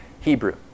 Hebrew